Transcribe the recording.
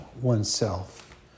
oneself